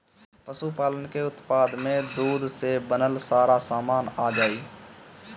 पशुपालन के उत्पाद में दूध से बनल सारा सामान आ जाई